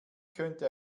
könnte